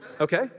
okay